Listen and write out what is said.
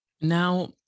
Now